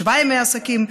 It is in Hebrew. שבעה ימי עסקים.